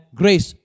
grace